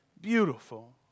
beautiful